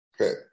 Okay